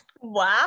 Wow